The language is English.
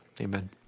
Amen